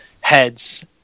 heads